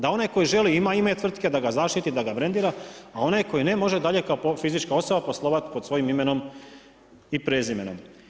Da onaj koji želi ima ime tvrtke, da ga zaštiti, da ga brendira, a onaj koji ne, može dalje, kao fizička osoba poslovati pod svojim imenom i prezimenom.